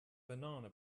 banana